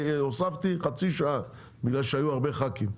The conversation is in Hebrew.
הוספתי חצי שעה בגלל שהיו הרבה ח"כים.